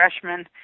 freshman